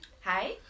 Hi